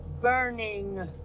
burning